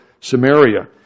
Samaria